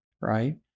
right